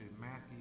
Matthew